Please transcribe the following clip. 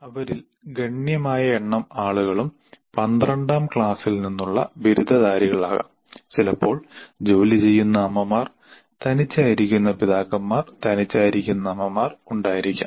അവരിൽ ഗണ്യമായ എണ്ണം ആളുകളും പന്ത്രണ്ടാം ക്ലാസ്സിൽ നിന്നുള്ള ബിരുദധാരികളാകാം ചിലപ്പോൾ ജോലിചെയ്യുന്ന അമ്മമാർ തനിച്ചായിരിക്കുന്ന പിതാക്കന്മാർ തനിച്ചായിരിക്കുന്ന അമ്മമാർ ഉണ്ടായിരിക്കാം